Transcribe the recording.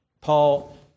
Paul